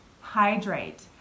hydrate